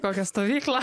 kokią stovyklą